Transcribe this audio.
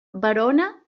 verona